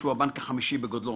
הבנק החמישי בגודלו.